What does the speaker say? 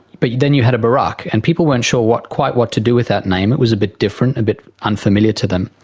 but then you had a barack, and people weren't sure quite what to do with that name, it was a bit different, a bit unfamiliar to them.